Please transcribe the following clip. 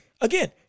again